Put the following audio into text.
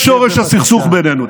זה שורש הסכסוך בינינו.